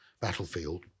battlefield